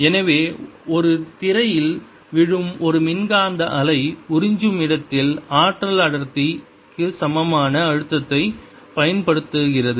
எனவே ஒரு திரையில் விழும் ஒரு மின்காந்த அலை உறிஞ்சும் இடத்தில் ஆற்றல் அடர்த்திக்கு சமமான அழுத்தத்தைப் பயன்படுத்துகிறது